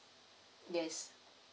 yes